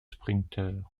sprinteurs